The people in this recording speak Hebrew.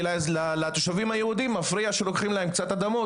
כי לתושבים היהודים מפריע שלוקחים להם קצת אדמות,